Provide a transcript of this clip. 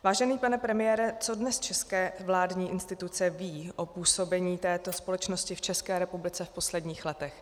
Vážený pane premiére, co dnes české vládní instituce vědí o působení této společnosti v české republice v posledních letech?